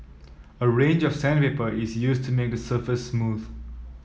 a range of sandpaper is used to make the surface smooth